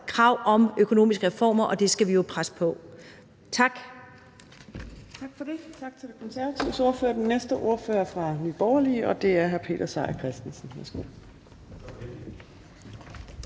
krav om økonomiske reformer, og der skal vi jo presse på. Tak.